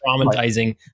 traumatizing